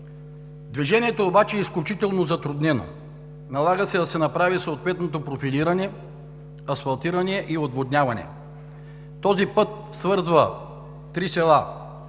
Движението обаче е изключително затруднено. Налага се да се направи профилиране, асфалтиране и отводняване. Този път свързва три села с